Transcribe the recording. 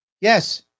Yes